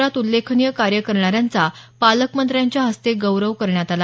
विविध क्षेत्रात उल्लेखनीय कार्य करणाऱ्यांचा पालकमंत्र्यांच्या हस्ते गौरव करण्यात आला